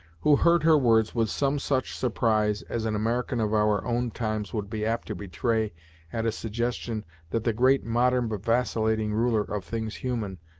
who heard her words with some such surprise as an american of our own times would be apt to betray at a suggestion that the great modern but vacillating ruler of things human,